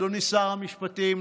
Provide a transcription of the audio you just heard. אדוני שר המשפטים,